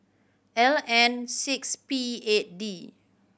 L N six P eight D